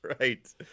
Right